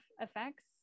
effects